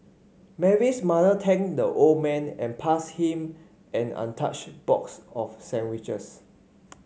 Mary's mother thanked the old man and passed him an untouched box of sandwiches